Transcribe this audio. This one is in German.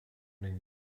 den